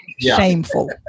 Shameful